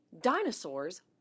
Dinosaurs